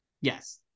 Yes